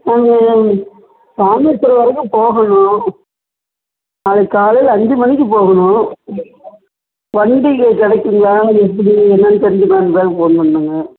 நாங்கள் ராமேஸ்வரம் வரைக்கும் போகணும் நாளைக்கு காலையில் அஞ்சு மணிக்கு போகணும் வண்டி கே கிடைக்குங்களா எப்படி என்னென்னு தெரிஞ்சுக்கலாம்தான் ஃபோன் பண்ணிணோங்க